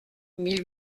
mille